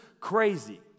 crazy